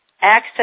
access